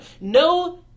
No